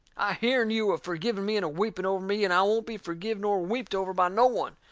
i hearn you a-forgiving me and a-weeping over me, and i won't be forgive nor weeped over by no one!